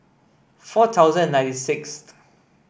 four thousand and ninety sixth